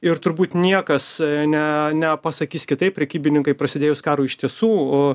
ir turbūt niekas ne nepasakys kitaip prekybininkai prasidėjus karui iš tiesų